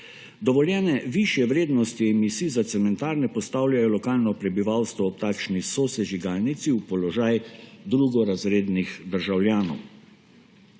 Dovoljene višje vrednosti emisij za cementarne postavljajo lokalno prebivalstvo ob takšni sosežigalnici v položaj drugorazrednih državljanov.